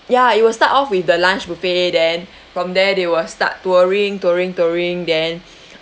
ya it will start off with the lunch buffet then from there they will start touring touring touring then